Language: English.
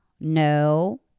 no